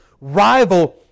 rival